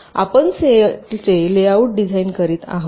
आपण सेलचे layout design करीत आहात